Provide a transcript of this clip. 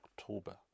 october